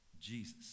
Jesus